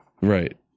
right